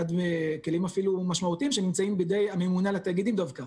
עד כלים אפילו משמעותיים שנמצאים בידי הממונה על התאגידים דווקא.